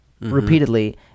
repeatedly